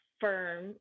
firm